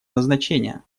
назначения